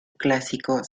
clásico